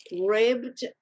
ribbed